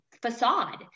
facade